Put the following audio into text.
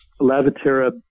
Lavatera